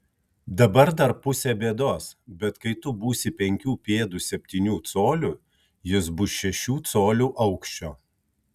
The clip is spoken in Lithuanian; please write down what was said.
dabar dar pusė bėdos bet kai tu būsi penkių pėdų septynių colių jis bus šešių colių aukščio